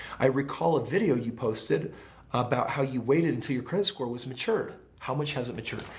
i recall a video you posted about how you waited until your credit score was matured. how much has it matured?